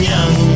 Young